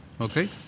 Okay